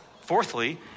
fourthly